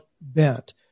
bent